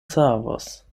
savos